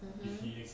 um hmm